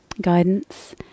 guidance